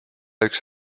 üks